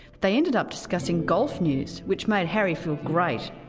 they ended up discussing golf news which made harry feel great.